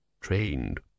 trained